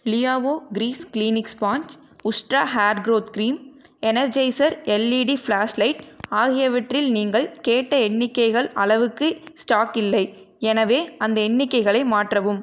Liao grease clinic sponge Ustraa hair growth cream Energizer LED flashlight ஆகியவற்றில் நீங்கள் கேட்ட எண்ணிக்கைகள் அளவுக்கு ஸ்டாக் இல்லை எனவே அந்த எண்ணிக்கைகளை மாற்றவும்